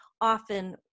often